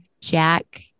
Jack